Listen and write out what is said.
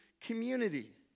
community